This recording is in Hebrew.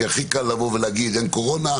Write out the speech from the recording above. כי הכי קל לבוא ולהגיד: אין קורונה,